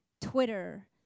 Twitter